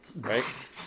Right